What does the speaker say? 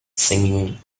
singing